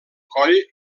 coll